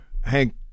Hank